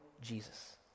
Jesus